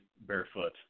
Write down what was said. barefoot